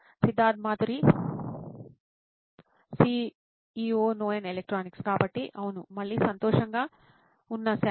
Siddharth Maturi CEO నోయిన్ electronics కాబట్టి అవును మళ్ళీ సంతోషంగా ఉన్న సామ్